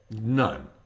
None